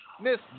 Miss